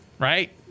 right